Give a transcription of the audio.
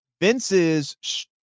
Vince's